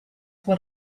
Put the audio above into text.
what